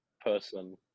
person